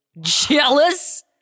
Jealous